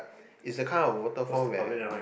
is a kind of waterfall where